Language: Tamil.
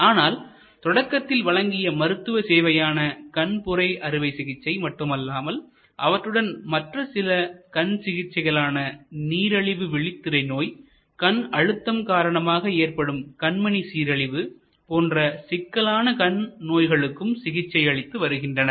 ஆனால் தொடக்கத்தில் வழங்கிய மருத்துவ சேவையான கண்புரை அறுவை சிகிச்சை மட்டுமல்லாமல் அவற்றுடன் மற்ற சில கண்சிகிச்சைகளான நீரிழிவு விழித்திரை நோய் கண் அழுத்தம் காரணமாக ஏற்படும் கண்மணி சீரழிவு போன்ற சிக்கலான கண் நோய்களுக்கும் சிகிச்சை அளித்து வருகின்றனர்